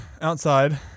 outside